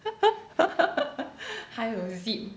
还有 zip